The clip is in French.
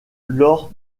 lors